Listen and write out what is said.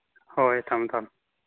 ꯍꯣꯏ ꯍꯣꯏ ꯊꯝꯃꯣ ꯊꯝꯃꯣ